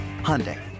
Hyundai